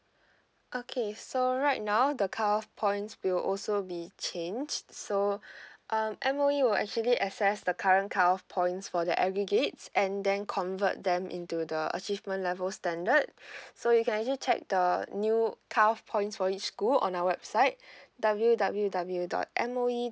okay so right now the cut off points will also be changed so um M_O_E will actually assess the current cut off points for the aggregates and then convert them into the achievement level standard so you can actually check the new cut off points for each school on our website w w w dot M O E